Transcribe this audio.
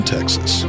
Texas